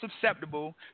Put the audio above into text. susceptible